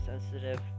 sensitive